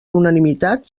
unanimitat